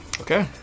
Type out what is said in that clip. Okay